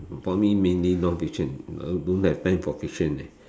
for me mainly non fiction uh don't have time for fiction eh